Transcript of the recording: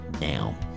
now